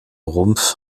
rumpf